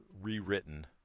rewritten